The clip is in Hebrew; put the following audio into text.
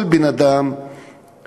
כל בן-אדם,